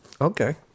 Okay